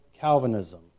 Calvinism